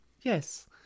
Yes